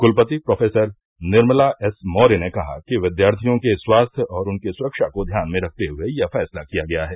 कुलपति professor Nirmala S Maurya ने कहा कि विद्यार्थियों के स्वास्थ्य और उनकी सुरक्षा को ध्यान में रखते हुये यह फैसला किया गया है